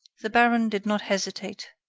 the baron did not hesitate.